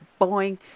boing